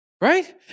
right